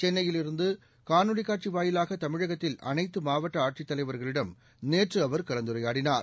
சென்னையில் இருந்து காணொலி காட்சி வாயிலாக தமிழகத்தில் அனைத்து மாவட்ட ஆடசித்தலைவர்களிடம் நேற்று அவர் கலந்துரையாடினார்